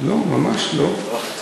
לא, ממש לא.